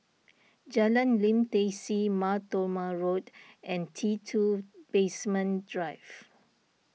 Jalan Lim Tai See Mar Thoma Road and T two Basement Drive